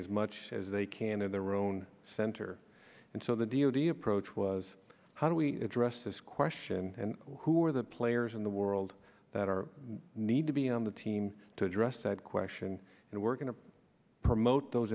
as much as they can in their own center and so the d o t approach was how do we address this question and who are the players in the world that are need to be on the team to address that question and we're going to promote those